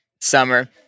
summer